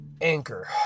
Anchor